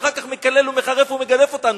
שאחר כך מקלל ומחרף ומגדף אותנו?